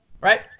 Right